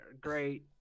great